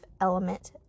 element